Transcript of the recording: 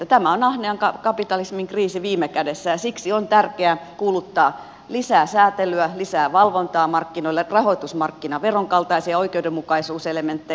tämä on ahneen kapitalismin kriisi viime kädessä ja siksi on tärkeää kuuluttaa lisää säätelyä lisää valvontaa markkinoille rahoitusmarkkinaveron kaltaisia oikeudenmukaisuuselementtejä